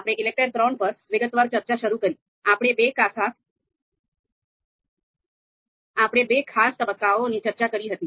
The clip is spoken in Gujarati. આપણે બે ખાસ તબક્કાઓની ચર્ચા કરી હતી